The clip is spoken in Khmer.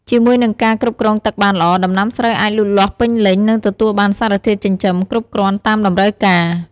ជាមួយនឹងការគ្រប់គ្រងទឹកបានល្អ ដំណាំស្រូវអាចលូតលាស់ពេញលេញ និងទទួលបានសារធាតុចិញ្ចឹមគ្រប់គ្រាន់តាមតម្រូវការ។